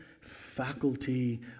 faculty